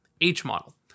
H-Model